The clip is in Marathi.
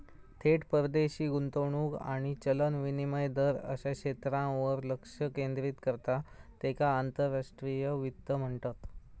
थेट परदेशी गुंतवणूक आणि चलन विनिमय दर अश्या क्षेत्रांवर लक्ष केंद्रित करता त्येका आंतरराष्ट्रीय वित्त म्हणतत